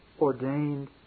ordained